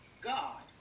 God